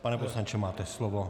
Pane poslanče, máte slovo.